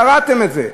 קרעתם את זה.